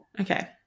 Okay